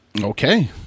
Okay